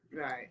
right